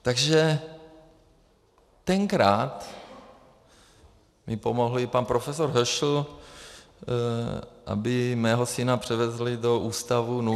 Takže tenkrát mi pomohl i pan profesor Höschl, aby mého syna převezli do ústavu NUDZ.